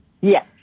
Yes